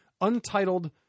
untitled